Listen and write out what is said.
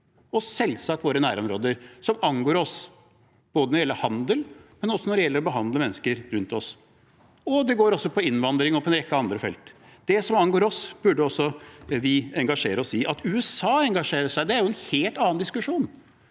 selvsagt også våre nærområder, som angår oss, både når det gjelder handel, og også når det gjelder å behandle mennesker rundt oss. Det går også på innvandring og en rekke andre felt. Det som angår oss, burde vi også engasjere oss i. At USA engasjerer seg, er en helt annen diskusjon.